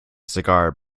cigar